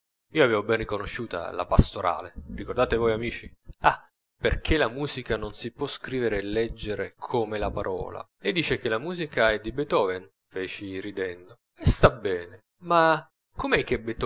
io avevo ben riconosciuta la pastorale ricordate voi amici ah perchè la musica non si può scrivere e leggere come la parola lei dice che la musica è di beethoven feci ridendo e sta bene ma com'è